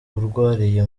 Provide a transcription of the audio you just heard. arwariye